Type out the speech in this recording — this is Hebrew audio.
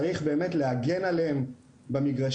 צריך באמת להגן עליהם במגרשים,